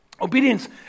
Obedience